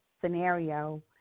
scenario